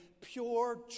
pure